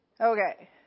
Okay